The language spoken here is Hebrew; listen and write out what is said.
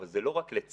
אבל זה לא רק לצה"ל,